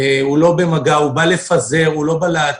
הוא לא במגע, הוא בא לפזר, הוא לא בא לעצור.